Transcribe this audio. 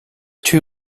too